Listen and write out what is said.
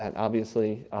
and obviously,